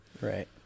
Right